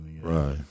Right